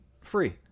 free